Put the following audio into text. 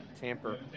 Tamper